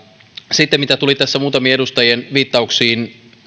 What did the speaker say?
sitten mitä tuli tässä muutamien edustajien viittauksiin